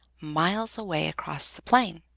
miles away across the plain.